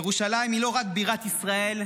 ירושלים היא לא רק בירת ישראל,